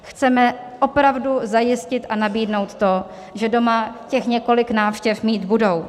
Chceme opravdu zajistit a nabídnout to, že doma těch několik návštěv mít budou.